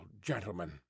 gentlemen